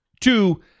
Two